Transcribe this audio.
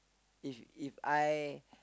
if If I